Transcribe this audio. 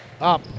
Up